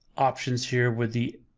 options here with the